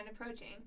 approaching